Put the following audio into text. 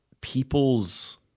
people's